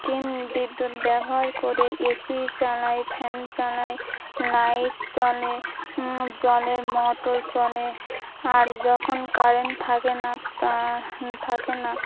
কিন বিদ্যুৎ ব্যবহার করে এসি চালাই ফ্যান চালাই লাইট চলে জলের মটর চলে আর যখন কারেন্ট থাকে না তা থাকে না